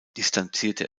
distanzierte